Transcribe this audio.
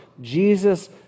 Jesus